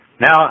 Now